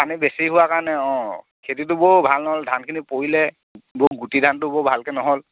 পানী বেছি হোৱা কাৰণে অঁ খেতিটো বৰ ভাল নহ'ল ধানখিনি পৰিলে বৌ গুটি ধানটো বৰ ভালকৈ নহ'ল